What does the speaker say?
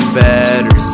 better